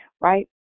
right